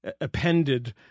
appended